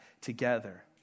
together